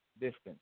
distance